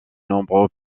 nombreux